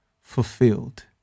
fulfilled